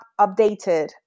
updated